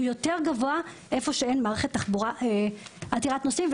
הוא יותר גבוה במקום שאין מערכת תחבורה עתירת נוסעים.